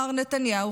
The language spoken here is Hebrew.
מר נתניהו,